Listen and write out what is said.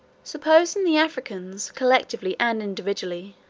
supposing the africans, collectively and individually,